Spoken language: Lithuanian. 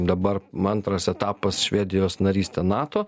dabar antras etapas švedijos narystė nato